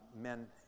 Men